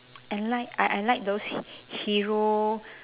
and like I I like those hero